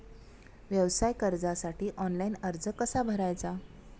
व्यवसाय कर्जासाठी ऑनलाइन अर्ज कसा भरायचा?